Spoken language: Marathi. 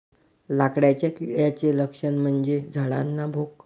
लाकडाच्या किड्याचे लक्षण म्हणजे झाडांना भोक